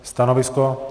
Stanovisko?